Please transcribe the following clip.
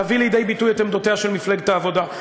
תביא לידי ביטוי את עמדותיה של מפלגת העבודה,